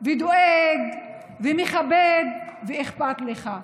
דואג, מכבד ואכפת לך.